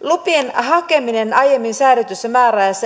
lupien hakeminen aiemmin säädetyssä määräajassa